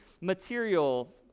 material